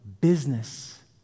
business